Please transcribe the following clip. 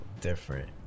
different